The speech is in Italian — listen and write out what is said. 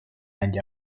agli